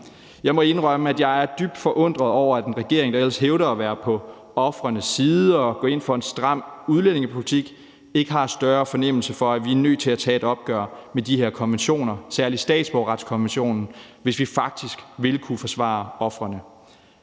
Jeg må indrømme, at jeg er dybt forundret over, at en regering, der ellers hævder at være på ofrenes side og gå ind for en stram udlændingepolitik, ikke har større fornemmelse for, at vi er nødt til at tage et opgør med de her konventioner, særlig statsborgerretskonventionen, hvis vi faktisk vil kunne forsvare ofrene.